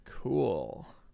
Cool